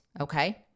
Okay